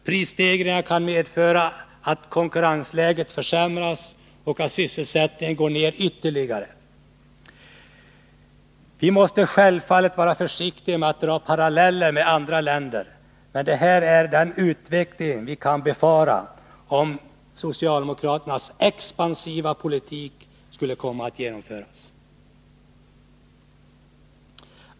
Prisstegringarna kan medföra att konkurrensläget försämras och att sysselsättningen går ner ytterligare. Vi måste självfallet vara försiktiga med att dra paralleller med andra länder, men det här är den utveckling som vi kan befara om socialdemokraternas expansiva politik skulle komma att genomföras.